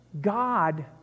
God